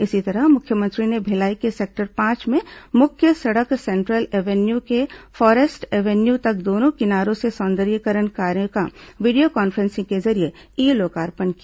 इसी तरह मुख्यमंत्री ने भिलाई के सेक्टर पांच में मुख्य सड़क सेंट्रल एवेन्यू से फॉरेस्ट एवेन्यू तक दोनों किनारे में सौंदर्यीकरण कार्य का वीडियो कॉन्फ्रेंसिंग के जरिये ई लोकार्पण किया